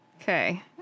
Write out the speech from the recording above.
Okay